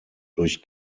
durch